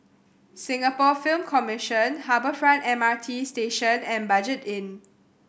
Singapore Film Commission Harbour Front M R T Station and Budget Inn